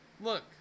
look